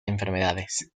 enfermedades